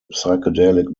psychedelic